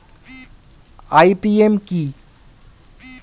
IPM কি?